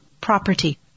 property